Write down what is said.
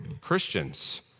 Christians